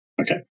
Okay